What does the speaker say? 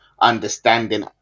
understanding